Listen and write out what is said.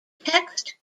text